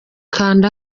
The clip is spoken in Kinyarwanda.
kanda